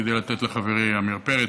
כדי לתת לחברי עמיר פרץ.